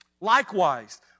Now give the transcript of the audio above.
Likewise